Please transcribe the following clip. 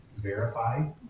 verify